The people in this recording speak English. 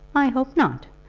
i hope not.